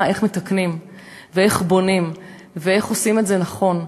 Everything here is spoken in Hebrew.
איך מתקנים ואיך בונים ואיך עושים את זה נכון.